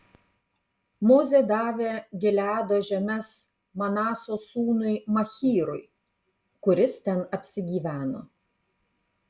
mozė davė gileado žemes manaso sūnui machyrui kuris ten apsigyveno